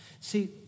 See